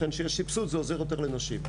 לכן כשיש סבסוד זה עוזר יותר לנשים.